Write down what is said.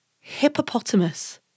hippopotamus